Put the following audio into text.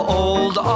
old